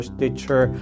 Stitcher